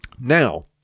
Now